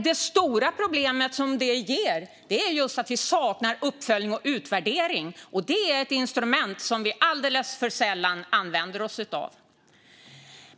Det stora problemet är att vi saknar uppföljning och utvärdering. Det är ett instrument som vi alldeles för sällan använder oss av.